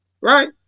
Right